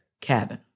cabin